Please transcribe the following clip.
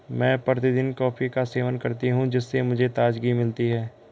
मैं प्रतिदिन कॉफी का सेवन करती हूं जिससे मुझे ताजगी मिलती है